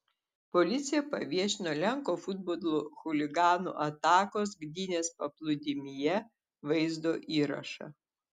policija paviešino lenkų futbolo chuliganų atakos gdynės paplūdimyje vaizdo įrašą